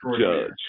Judge